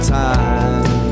time